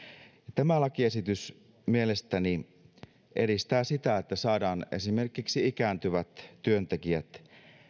tämä lakiesitys mielestäni edistää sitä että saadaan esimerkiksi ikääntyvät työntekijät